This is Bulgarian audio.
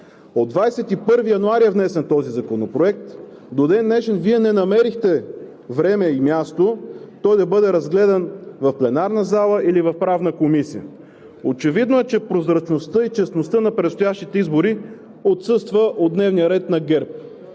От 21 януари е внесен този законопроект, а до ден днешен Вие не намерихте време и място да бъде разгледан в пленарната зала или в Правната комисия. Очевидно е, че прозрачността и честността на предстоящите избори отсъства от дневния ред на ГЕРБ.